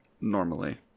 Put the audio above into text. normally